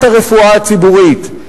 להגנת הרפואה הציבורית.